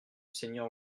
seigneur